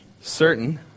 certain